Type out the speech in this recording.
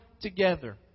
together